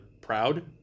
proud